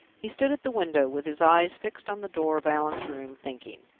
he stood at the window, with his eyes fixed on the door of allan's room, thinking.